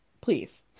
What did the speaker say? please